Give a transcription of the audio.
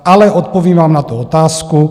Ale odpovím vám na otázku.